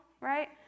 right